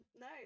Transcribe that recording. no